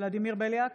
ולדימיר בליאק,